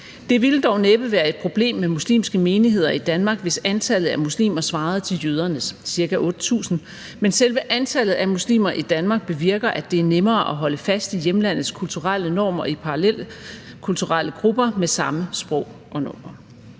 Det ville dog næppe være et problem med muslimske menigheder i Danmark, hvis antallet af muslimer svarede til jødernes, nemlig cirka 8.000, men selve antallet af muslimer i Danmark bevirker, at det er nemmere at holde fast i hjemlandets kulturelle normer i parallelkulturelle grupper med samme sprog og normer.